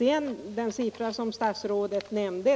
I den siffra som statsrådet nämnde